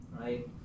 right